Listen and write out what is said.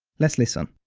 let's listen.